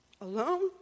alone